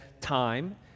time